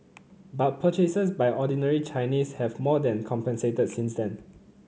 but purchases by ordinary Chinese have more than compensated since then